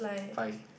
five